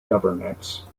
governance